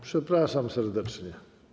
Przepraszam serdecznie.